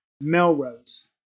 Melrose